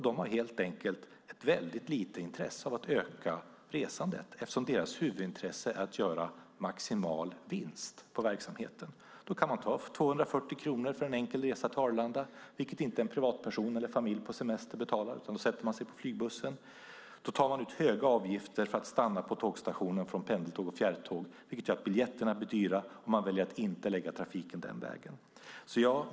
De har helt enkelt väldigt lite intresse av att öka resandet, eftersom deras huvudintresse är att göra maximal vinst på verksamheten. Då kan man ta 240 kronor för en enkel resa till Arlanda, vilket inte en privatperson eller en familj på semester betalar utan de sätter sig på flygbussen. Då tar man ut höga avgifter för pendeltåg och fjärrtåg som stannar på tågstationen, vilket gör att biljetterna blir dyra och de väljer att inte lägga trafiken den vägen.